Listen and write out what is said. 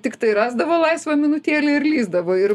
tiktai rasdavo laisvą minutėlę ir lįsdavo ir